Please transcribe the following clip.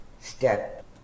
step